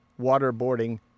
waterboarding